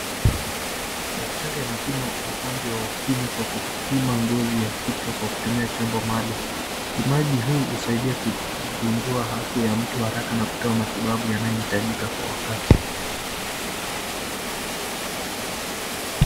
Daktari anapima ugonjwa wa ukimwi kwa kupima ngozi ya kichwa kwa kutumia chombo maalum. Upimaji huu husaidia kugundua afya ya mtu haraka na kutoa matibabu yanayohitajika kwa wakati.